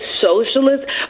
socialist